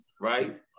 right